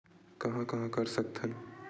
कहां कहां कर सकथन?